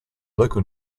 local